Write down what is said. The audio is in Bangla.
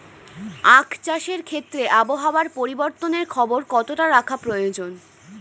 আখ চাষের ক্ষেত্রে আবহাওয়ার পরিবর্তনের খবর কতটা রাখা প্রয়োজন?